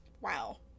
Wow